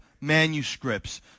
manuscripts